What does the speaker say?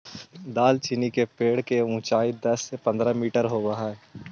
दालचीनी के पेड़ के ऊंचाई दस से पंद्रह मीटर होब हई